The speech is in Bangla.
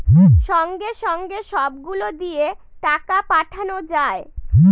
সঙ্গে সঙ্গে সব গুলো দিয়ে টাকা পাঠানো যায়